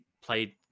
played